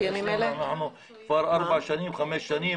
כבר ארבע-חמש שנים.